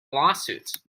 lawsuits